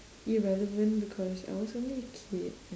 irrelevant because I was only a kid